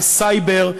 הסייבר,